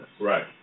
Right